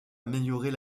améliorer